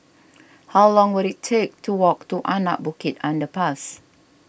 how long will it take to walk to Anak Bukit Underpass